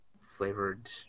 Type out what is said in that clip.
flavored